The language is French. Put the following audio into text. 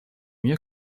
mieux